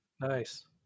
Nice